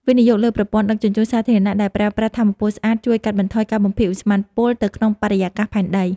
វិនិយោគលើប្រព័ន្ធដឹកជញ្ជូនសាធារណៈដែលប្រើប្រាស់ថាមពលស្អាតជួយកាត់បន្ថយការបំភាយឧស្ម័នពុលទៅក្នុងបរិយាកាសផែនដី។